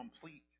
complete